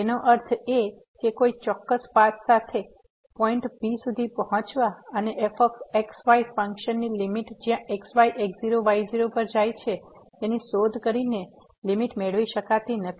તેનો અર્થ એ કે કોઈ ચોક્કસ પાથ સાથે પોઇન્ટ P સુધી પહોંચવા અને fx y ફંક્શનની લીમીટ જ્યાં x y x0 y0 પર જાય છે ની શોધ કરીને લીમીટ મેળવી શકાતી નથી